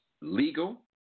legal